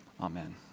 amen